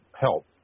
help